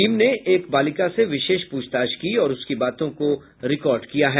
team ने एक बालिका से विशेष प्रछताछ की और उसकी बातों को रिकॉर्ड किया है